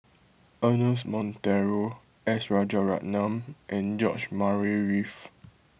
Ernest Monteiro S Rajaratnam and George Murray Reith